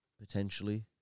potentially